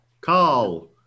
Carl